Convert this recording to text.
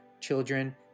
children